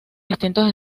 distintos